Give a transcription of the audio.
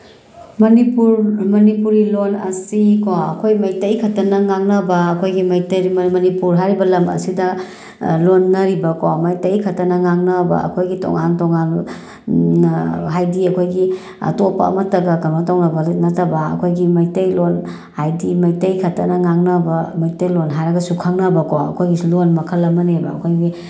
ꯃꯅꯤꯄꯨꯔ ꯃꯅꯤꯄꯨꯔꯤ ꯂꯣꯜ ꯑꯁꯤꯀꯣ ꯑꯩꯈꯣꯏ ꯃꯩꯇꯩꯈꯛꯇꯅ ꯉꯥꯡꯅꯕ ꯑꯩꯈꯣꯏꯒꯤ ꯃꯅꯤꯄꯨꯔ ꯍꯥꯏꯔꯤꯕ ꯂꯝ ꯑꯁꯤꯗ ꯂꯣꯟꯅꯔꯤꯕꯀꯣ ꯃꯩꯇꯩꯈꯛꯇꯅ ꯉꯥꯡꯅꯕ ꯑꯩꯈꯣꯏꯒꯤ ꯇꯣꯉꯥꯟ ꯇꯣꯉꯥꯟꯅ ꯍꯥꯏꯗꯤ ꯑꯩꯈꯣꯏꯒꯤ ꯑꯇꯣꯞꯄ ꯑꯃꯠꯇꯅ ꯀꯩꯅꯣ ꯇꯧꯅꯕꯗꯤ ꯅꯠꯇꯕ ꯑꯩꯈꯣꯏꯒꯤ ꯃꯩꯇꯩꯂꯣꯜ ꯍꯥꯏꯗꯤ ꯃꯩꯇꯩ ꯈꯛꯇꯅ ꯉꯥꯡꯅꯕ ꯃꯩꯇꯩꯂꯣꯜ ꯍꯥꯏꯔꯒꯁꯨ ꯈꯪꯅꯕꯀꯣ ꯑꯩꯈꯣꯏꯒꯤꯁꯨ ꯂꯣꯜ ꯃꯈꯜ ꯑꯃꯅꯦꯕ ꯑꯩꯈꯣꯏꯒꯤ